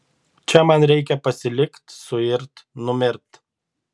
čia man reikia pasilikt suirt numirt